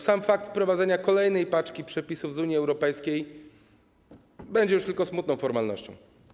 Sam fakt wprowadzenia kolejnej paczki przepisów z Unii Europejskiej będzie już tylko smutną formalnością.